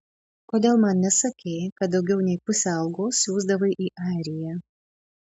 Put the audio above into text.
kodėl man nesakei kad daugiau nei pusę algos siųsdavai į airiją